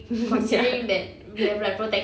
ya